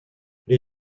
les